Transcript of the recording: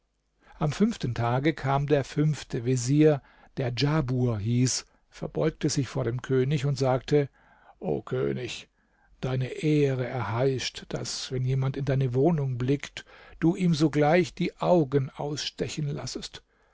am fünften tage kam der fünfte vezier der djahbur hieß verbeugte sich vor dem könig und sagte o könig deine ehre erheischt daß wenn jemand in deine wohnung blickt du ihm sogleich die augen ausstechen lassest